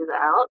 out